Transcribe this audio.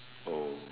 oh